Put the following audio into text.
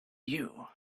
you